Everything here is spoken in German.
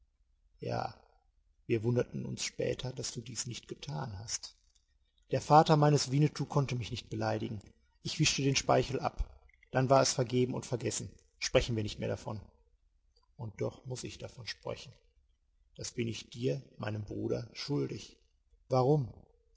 ja wir wunderten uns später daß du dies nicht getan hast der vater meines winnetou konnte mich nicht beleidigen ich wischte den speichel ab dann war es vergeben und vergessen sprechen wir nicht mehr davon und doch muß ich davon sprechen das bin ich dir meinem bruder schuldig warum